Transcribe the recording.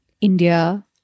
India